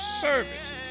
services